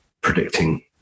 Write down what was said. predicting